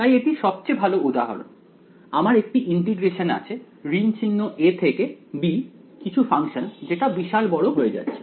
তাই এটি সবচেয়ে ভাল উদাহরণ আমার একটি ইন্টিগ্রেশন আছে ঋণ চিহ্ন a থেকে b কিছু ফাংশন যেটা বিশাল বড় হয়ে যাচ্ছে